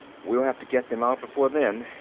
we'll have to get them out before then,